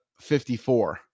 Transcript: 54